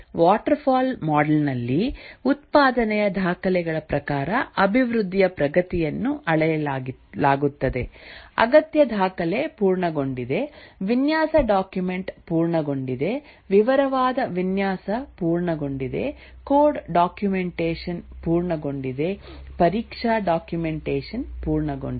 waterfall model ನಲ್ಲಿ ಉತ್ಪಾದನೆಯ ದಾಖಲೆಗಳ ಪ್ರಕಾರ ಅಭಿವೃದ್ಧಿಯ ಪ್ರಗತಿಯನ್ನು ಅಳೆಯಲಾಗುತ್ತದೆ ಅಗತ್ಯ ದಾಖಲೆ ಪೂರ್ಣಗೊಂಡಿದೆ ವಿನ್ಯಾಸ ಡಾಕ್ಯುಮೆಂಟ್ ಪೂರ್ಣಗೊಂಡಿದೆ ವಿವರವಾದ ವಿನ್ಯಾಸ ಪೂರ್ಣಗೊಂಡಿದೆ ಕೋಡ್ ಡಾಕ್ಯುಮೆಂಟೇಶನ್ ಪೂರ್ಣಗೊಂಡಿದೆ ಪರೀಕ್ಷಾ ಡಾಕ್ಯುಮೆಂಟೇಶನ್ ಪೂರ್ಣಗೊಂಡಿದೆ